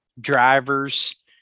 drivers